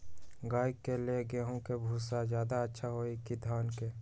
गाय के ले गेंहू के भूसा ज्यादा अच्छा होई की धान के?